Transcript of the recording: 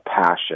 passion